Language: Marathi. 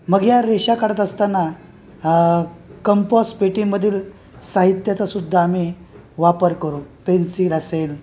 मग या रेषा काढत असताना कंपॉस पेटीमधील साहित्याचासुद्धा आम्ही वापर करू पेन्सिल असेल